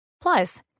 Plus